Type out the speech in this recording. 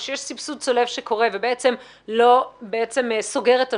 או שיש סבסוד צולב שקורה ובעצם סוגר את השוק,